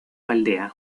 aldea